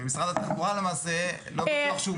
ולא בטוח שמשרד התחבורה מוצא פתרון